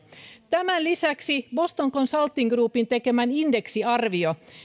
tämän lisäksi boston consulting groupin tekemä indeksiarvio